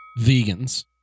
vegans